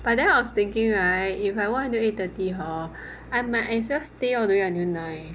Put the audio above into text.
but then I was thinking right if I work until eight thirty hor I might as well stay until nine